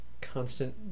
constant